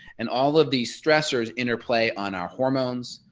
and all of these stressors interplay on our hormones,